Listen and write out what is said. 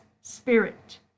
spirit